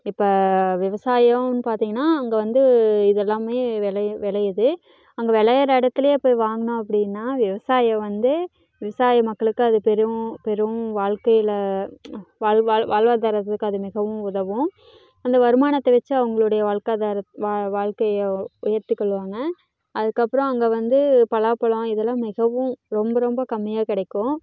இப்போ விவசாயம் பார்த்தீங்கன்னா அங்கே வந்து இதெல்லாமே விளை விளையுது அங்கே விளையற இடத்துலே போய் வாங்கணும் அப்படின்னா விவசாயம் வந்து விவசாய மக்களுக்கு அது பெரும் பெரும் வாழ்க்கையில வாழ் வாழ் வாழ்வாதாரத்துக்கு அது மிகவும் உதவும் அந்த வருமானத்தை வச்சு அவங்களுடைய வாழ்க்காதாரத் வா வாழ்க்கைய உயர்த்திக் கொள்ளுவாங்க அதுக்கப்புறம் அங்கே வந்து பலாப் பழம் இதெல்லாம் மிகவும் ரொம்ப ரொம்ப கம்மியாக கிடைக்கும்